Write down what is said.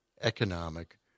economic